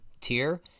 tier